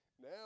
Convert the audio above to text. now